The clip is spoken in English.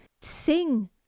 sing